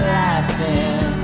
laughing